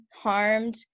harmed